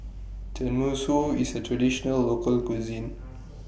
Tenmusu IS A Traditional Local Cuisine